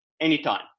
anytime